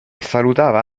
salutava